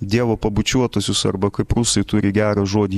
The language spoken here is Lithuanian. dievo pabučiuotuosius arba kaip rusai turi gerą žodį